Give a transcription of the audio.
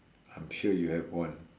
I'm sure you have one